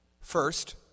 First